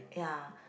ya